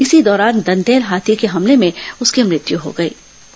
इसी दौरान दंतैल हांथी के हमले में उसकी मृत्यु हो गईं